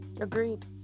agreed